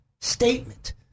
statement